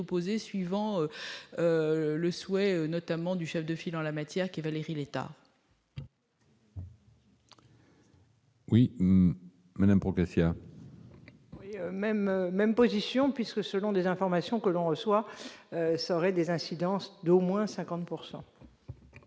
suivant le souhait notamment du chef de file en la matière qui Valérie Létard. Oui, madame propecia. Même même position puisque, selon les informations que l'on reçoit ça aurait des incidences mais au moins 50